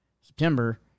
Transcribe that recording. September